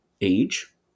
age